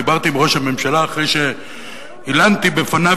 דיברתי עם ראש הממשלה אחרי שהלנתי בפניו